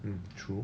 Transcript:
mm true